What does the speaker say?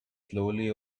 slowly